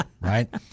right